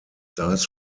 dies